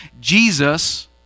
Jesus